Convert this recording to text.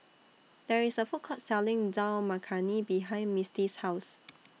There IS A Food Court Selling Dal Makhani behind Misti's House